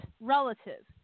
relative